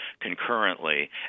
concurrently